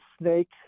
snake